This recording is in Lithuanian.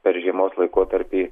per žiemos laikotarpį